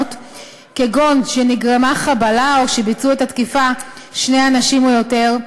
כגון שנגרמה חבלה או שעשו את התקיפה שני אנשים או יותר,